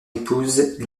épouse